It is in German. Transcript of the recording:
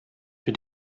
für